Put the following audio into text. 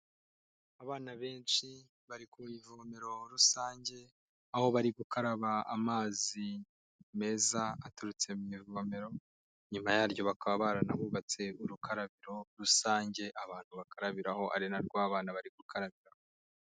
Abana benshi bari ku ivomero rusange aho bari gukaraba amazi meza aturutse mu ivomero, inyuma yaryo bakaba baranahubatse urukarabiro rusange abantu bakarabiraho . Ari naryo abana bari gukarabiraho.